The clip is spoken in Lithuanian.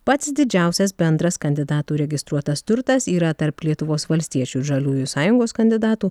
pats didžiausias bendras kandidatų registruotas turtas yra tarp lietuvos valstiečių žaliųjų sąjungos kandidatų